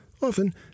Often